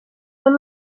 són